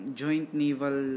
joint-naval